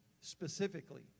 Specifically